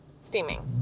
Steaming